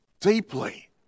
deeply